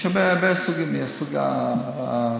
יש הרבה ניתוחים מסוג הניתוחים